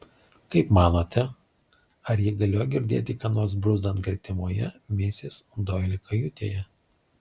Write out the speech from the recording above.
kaip manote ar ji galėjo girdėti ką nors bruzdant gretimoje misis doili kajutėje